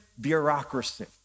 bureaucracy